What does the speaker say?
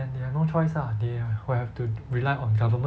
then they have no choice lah they will have to rely on government